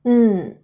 mm